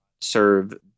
serve